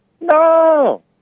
No